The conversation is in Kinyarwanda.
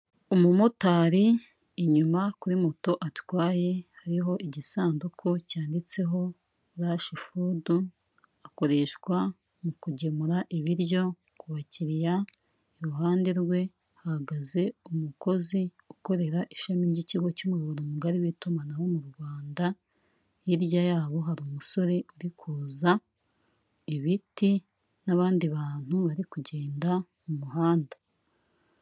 Umumotari inyuma kuri moto atwaye hariho igisanduku cyanditseho rashifudu, akoreshwa mu kugemura ibiryo ku bakiriya, iruhande rwe hahagaze umukozi ukorera ishami ry'ikigo cy'umuyoboro mugari w'itumanaho mu Rwanda, hirya yabo hari umusore uri kuza, ibiti n'abandi bantu bari kugenda mu muhanda.